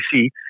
see